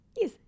Yes